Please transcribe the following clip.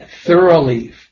thoroughly